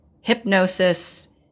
hypnosis